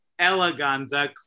Eleganza